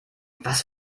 was